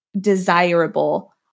desirable